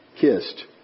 kissed